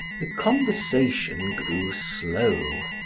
the conversation grew slow.